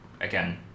again